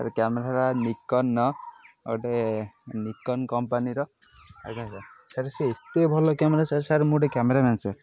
ଆରେ କ୍ୟାମେରା ହେଲା ନିକନ ଗୋଟେ ନିକନ କମ୍ପାନୀର ଆଜ୍ଞା ସାର୍ ସାର୍ ସେ ଏତେ ଭଲ କ୍ୟାମେରା ସାର୍ ସାର୍ ମୁଁ ଗୋଟେ କ୍ୟାମେରାମ୍ୟାନ୍ ସାର୍